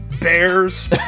bears